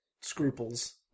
Scruples